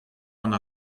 gant